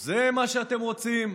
זה מה שאתם רוצים,